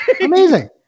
Amazing